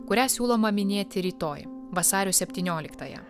kurią siūloma minėti rytoj vasario septynioliktąją